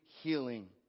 healing